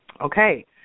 Okay